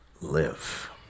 live